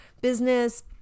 business